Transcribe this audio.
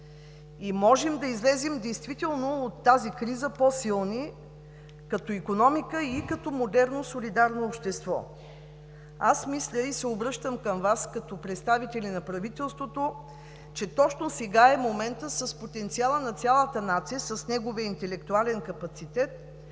Можем да излезем действително от тази криза по-силни като икономика и като модерно солидарно общество. Аз мисля и се обръщам към Вас като представител на правителството, че точно сега е моментът с потенциала на цялата нация, с нейния интелектуален капацитет